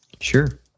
sure